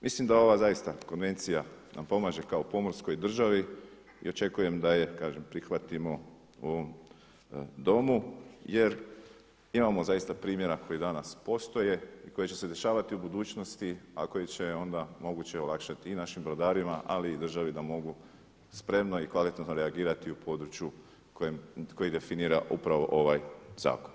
Mislim da ova konvencija nam pomaže kao pomorskoj državi i očekujem da je prihvatimo u ovom Domu jer imamo zaista primjera koji danas postoje i koji će se dešavati u budućnosti, a koji će onda moguće olakšati i našim brodarima, ali i državi da mogu spremno i kvalitetno reagirati u području koji definira upravo ovaj zakon.